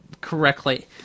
correctly